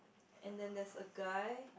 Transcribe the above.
and then there's a guy